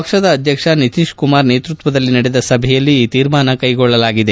ಪಕ್ಷದ ಆಧ್ಯಕ್ಷ ನಿತೀತ್ ಕುಮಾರ್ ನೇತ್ಪಕ್ಷದಲ್ಲಿ ನಡೆದ ಸಭೆಯಲ್ಲಿ ಈ ತೀರ್ಮಾನ ಕೈಗೊಳ್ಳಲಾಗಿದೆ